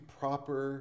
proper